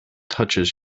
touches